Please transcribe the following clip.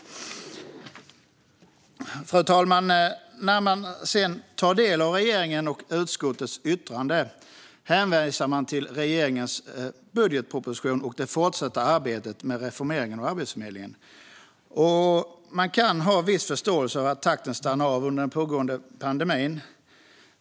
Fru talman! I regeringens och utskottets yttranden hänvisas det till regeringens budgetproposition och det fortsatta arbetet med reformeringen av Arbetsförmedlingen. Man kan ha viss förståelse för att takten stannar av under den pågående pandemin.